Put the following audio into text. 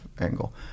angle